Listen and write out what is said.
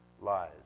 lies